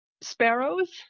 sparrows